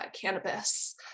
cannabis